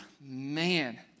man